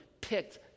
picked